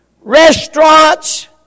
restaurants